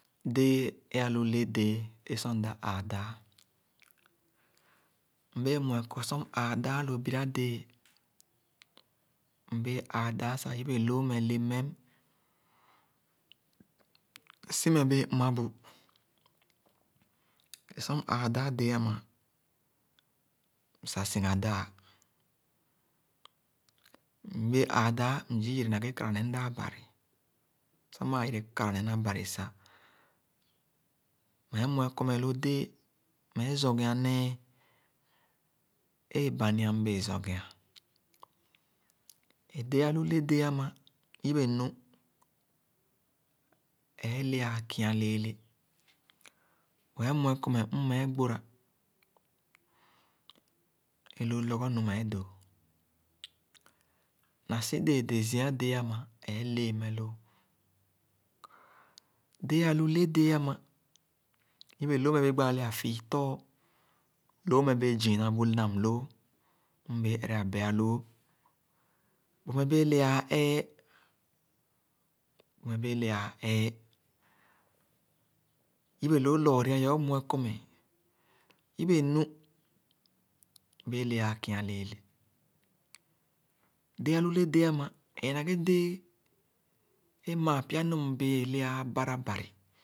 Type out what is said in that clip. Dẽẽ é ãlu lè déé é sor mda ãã dãã, mbẽẽ mue kɔ sor mda ãã dãã loh biradẽẽ, mbẽẽ ãã sa yibẽlõõ mẽ le mém. Si-me bẽẽ mmãbu. Sor m-ãã dãã dẽẽ ãma sa siga-dãã, mbẽẽ ãã dãã, mzii yere naghé kara ne mdãã Bari, sor mmãã yere kara né na Bari sa, mméé mue kɔ me-lo déé mméé zorgea néé é ebánia mbéé zorgea. E déē alu le dẽẽ àma, yibonu ééle āā kialeele. Mɛɛ mue kɔ mmee gbórá é lóó lɔgɔnu méé dóó. Nasi déé de zia déé zima, éé lééme lóo. Déé alu le déé ãma, yibe lóóme béé gbáã le-afiitor. Loome bée ziina bu ŋamloo; mm béé éré abɛ-alóó. Bu-me béé le-aa éé; bu-me béé le-áá éé. Yibé lóó lɔɔré-ayia õ muekɔ meŋ, yibenu béé le-ãã kia lééle. Déé alu le déé-áma, éē na ghé déé é maa pyanu mbéé le áá bara Bari